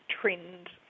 trend